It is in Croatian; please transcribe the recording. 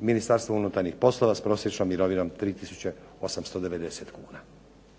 Ministarstvo unutarnjih poslova s prosječnom mirovinom 3890 kuna.